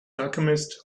alchemist